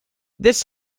this